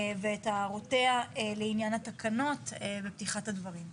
ואת הערותיה לעניין התקנות בפתיחת הדברים.